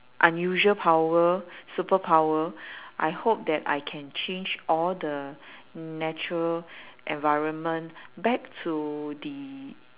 unusual power superpower I hope that I can change all the natural environment back to the